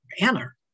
banner